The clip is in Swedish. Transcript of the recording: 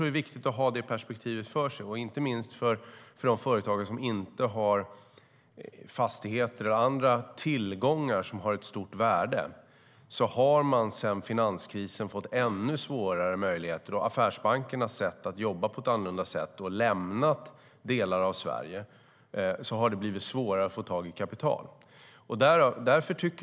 Det är viktigt att ha det perspektivet framför sig, inte minst för de företagare som inte har fastigheter och andra tillgångar som har ett stort värde. De har sedan finanskrisen haft ännu sämre möjligheter. Affärsbankerna jobbar nu på ett annat sätt och har lämnat delar av Sverige. Det gör också att det har blivit svårare att få tag i kapital.